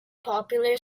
popular